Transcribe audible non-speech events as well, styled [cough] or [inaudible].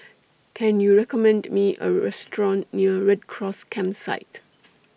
[noise] Can YOU recommend Me A Restaurant near Red Cross Campsite